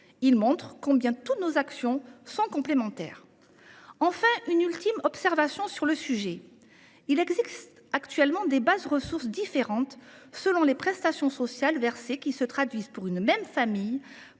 Cela montre combien toutes nos actions sont complémentaires. Enfin, je ferai une ultime observation. Il existe actuellement des bases de ressources différentes selon les prestations sociales versées, ce qui se traduit, pour une même famille,